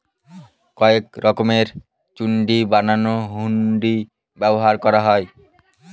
কয়েক রকমের চুক্তি বানানোর হুন্ডি ব্যবহার করা হয়